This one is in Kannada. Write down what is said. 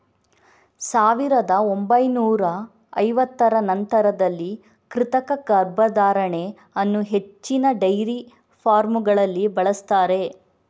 ಸಾವಿರದ ಒಂಬೈನೂರ ಐವತ್ತರ ನಂತರದಲ್ಲಿ ಕೃತಕ ಗರ್ಭಧಾರಣೆ ಅನ್ನು ಹೆಚ್ಚಿನ ಡೈರಿ ಫಾರ್ಮಗಳಲ್ಲಿ ಬಳಸ್ತಾರೆ